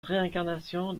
réincarnation